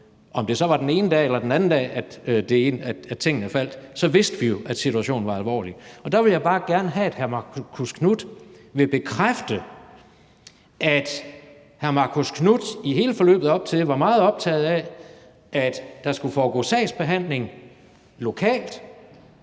Om det så var den ene dag eller den anden dag, at tingene faldt, så vidste vi jo, at situationen var alvorlig. Der vil jeg bare gerne have, at hr. Marcus Knuth vil bekræfte, at hr. Marcus Knuth i hele forløbet op til var meget optaget af, at der skulle foregå sagsbehandling lokalt,